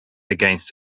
against